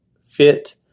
fit